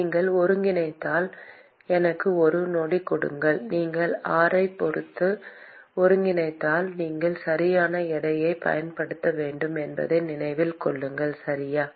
நீங்கள் ஒருங்கிணைத்தால் எனக்கு ஒரு நொடி கொடுங்கள் நீங்கள் r ஐப் பொறுத்து ஒருங்கிணைத்தால் நீங்கள் சரியான எடையைப் பயன்படுத்த வேண்டும் என்பதை நினைவில் கொள்ளுங்கள் சரியா